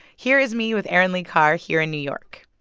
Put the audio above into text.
here is me with erin lee carr here in new york